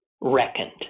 reckoned